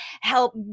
help